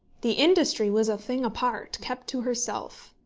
the industry was a thing apart, kept to herself.